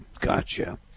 gotcha